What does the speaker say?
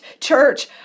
church